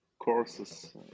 Courses